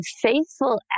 faithful